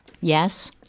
Yes